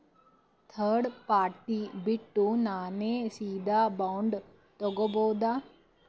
Third party ಬಿಟ್ಟು ನಾನೇ ಸೀದಾ ಬಾಂಡ್ ತೋಗೊಭೌದಾ?